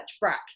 Brack